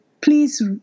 please